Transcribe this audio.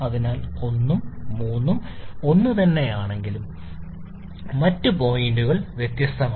അതിനാൽ 1 ഉം 3 ഉം ഒന്നുതന്നെയാണെങ്കിലും മറ്റ് പോയിന്റുകൾ വ്യത്യസ്തമാണ്